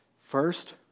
First